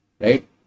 right